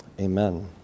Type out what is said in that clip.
Amen